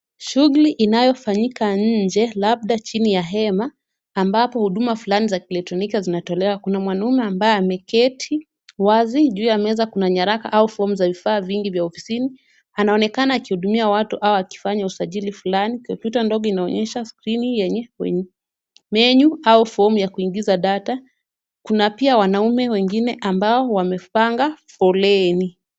Shughuli inayofanyika nje labda chini ya hema ambapo huduma fulani za kielektroniki zinatolewa. Kuna mwanamume ambaye ameketi wazi juu ya meza. Kuna nyaraka au fomu za vifaa vingi vya ofisini. Anaonekana akihudumia watu au akifanya usajili fulani. Ukuta ndogo inaonyesha skirini yenye menu au fomu ya kuingiza data . Kuna pia wanaume wengine ambao wamepanga foleni.